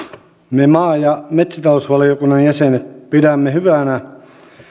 me maa ja metsätalousvaliokunnan jäsenet pidämme hyvänä